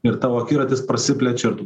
ir tavo akiratis prasiplečia ir tu